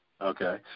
okay